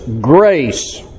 grace